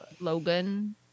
Logan